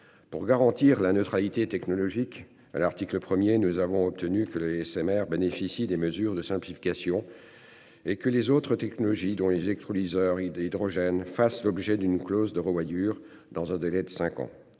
pour garantir la neutralité technologique à l'article 1er, nous avons obtenu que le SMR bénéficient des mesures de simplification. Et que les autres technologies dont les électrolyseurs et d'hydrogène fasse l'objet d'une clause de revoyure dans un délai de 5 ans